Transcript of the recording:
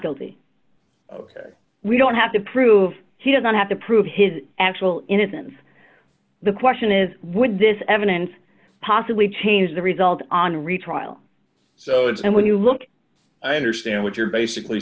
guilty we don't have to prove he doesn't have to prove his actual innocence the question is would this evidence possibly change the result on retrial so if and when you look i understand what you're basically